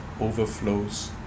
overflows